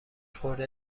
خورده